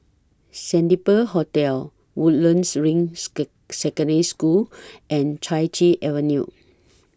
Sandpiper Hotel Woodlands Ring Secondary School and Chai Chee Avenue